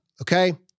okay